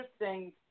interesting